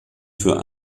für